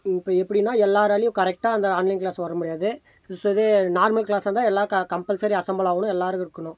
இப்போ எப்படினா எல்லாேராலையும் கரெக்டாக அந்த ஆன்லைன் கிளாஸ் வர முடியாது ஸோ அதே நார்மல் கிளாஸாக இருந்தால் எல்லாம் க கம்பல்சரி அசம்பல் ஆகணும் எல்லாேரும் இருக்கணும்